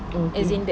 oh okay